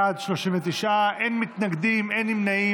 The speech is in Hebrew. בעד 39, אין מתנגדים ואין נמנעים.